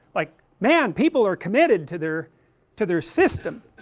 like, man, people are committeda to their to their system